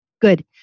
Good